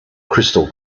crystal